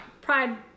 Pride